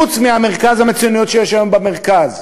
חוץ ממרכז המצוינות שיש היום במרכז.